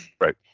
Right